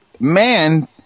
man